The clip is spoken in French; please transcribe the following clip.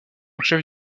chef